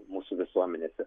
mūsų visuomenėse